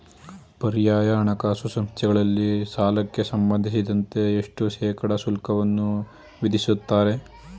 ಪರ್ಯಾಯ ಹಣಕಾಸು ಸಂಸ್ಥೆಗಳಲ್ಲಿ ಸಾಲಕ್ಕೆ ಸಂಬಂಧಿಸಿದಂತೆ ಎಷ್ಟು ಶೇಕಡಾ ಶುಲ್ಕವನ್ನು ವಿಧಿಸುತ್ತಾರೆ?